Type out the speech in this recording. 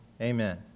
amen